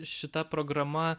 šita programa